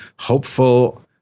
hopeful